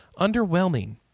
Underwhelming